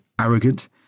arrogant